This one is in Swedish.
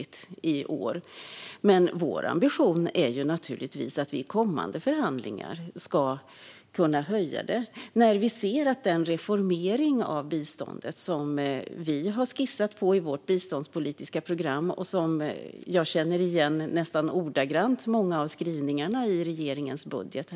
Men Kristdemokraternas ambition är naturligtvis att i kommande förhandlingar kunna höja det. Vi har skissat på en reformering av biståndet i vårt biståndspolitiska program, och många av skrivningarna finns med nästan ordagrant i regeringens budget.